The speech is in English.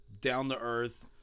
down-to-earth